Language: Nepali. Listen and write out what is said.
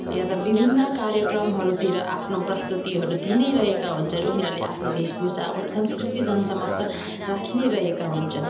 वा त विभिन्न कार्यक्रमहरूतिर आफ्नो प्रस्तुतिहरू दिई नै रहेका हुन्छन् उनीहरूले आफ्नो भेषभूषा संस्कृति जन समक्ष राखी नै रहेका हुन्छन्